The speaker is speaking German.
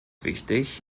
wichtig